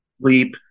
sleep